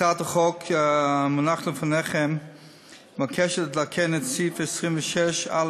הצעת החוק המונחת לפניכם מבקשת לתקן את סעיף 26(א1)(1)